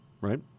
Right